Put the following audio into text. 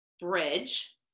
bridge